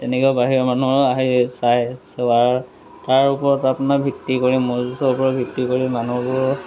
তেনেকৈ বাহিৰৰ মানুহো আহি চাই চোৱাৰ তাৰ ওপৰত আপোনাৰ ভিত্তি কৰি ম'হ যুঁজৰ ওপৰত ভিত্তি কৰি মানুহবোৰ